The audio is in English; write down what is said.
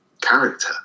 character